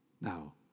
now